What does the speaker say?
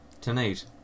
tonight